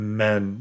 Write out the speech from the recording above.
men